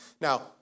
Now